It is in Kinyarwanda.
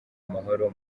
amahoro